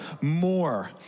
more